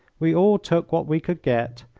we all took what we could get,